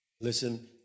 Listen